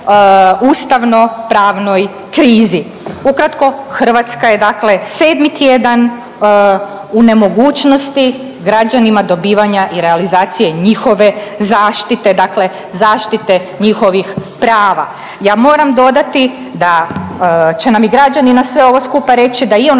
Ukratko Hrvatska je dakle sedmi tjedan u nemogućnosti građanima dobivanja i realizacije njihove zašite, dakle zaštite njihovih prava. Ja moram dodati da će nam i građani na sve ovo skupa reći da ionako